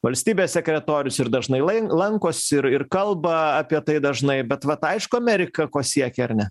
valstybės sekretorius ir dažnai lai lankosi ir ir kalba apie tai dažnai bet vat aišku amerika ko siekia ar ne